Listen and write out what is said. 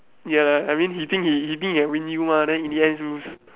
ya I mean he think he he think he can win you lah then in the end lose